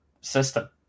system